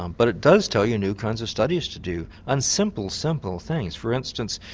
um but it does tell you new kinds of studies to do on simple, simple things. for instance,